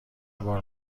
بار